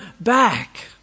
back